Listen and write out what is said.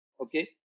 Okay